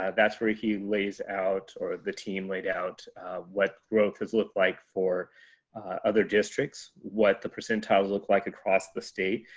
ah that's where he lays out or the team laid out' what growth has looked like for other districts what the percentiles look like across the state?